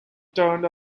turned